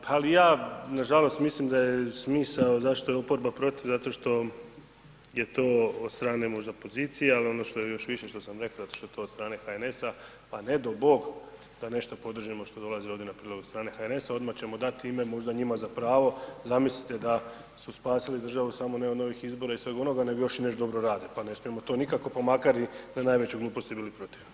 Pa ali ja nažalost, mislim da je smisao zašto je oporba protiv zato što je to od strane možda pozicije, ali ono što je još više, što sam rekao, zato što je to od strane HNS-a pa ne dao Bog da nešto podržimo što dolazi ovdje na prijedlog od strane HNS-a, onda ćemo dati im možda njima za pravo, zamislite, da su spasili državu samo ne od novih izbora i svega onoga, nego još i nešto dobro rade pa ne smijemo to nikako pa makar i za najveću gluposti bili protiv.